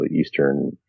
Eastern